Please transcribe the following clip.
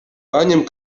paņem